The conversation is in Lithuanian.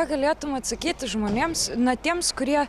ką galėtum atsakyti žmonėms na tiems kurie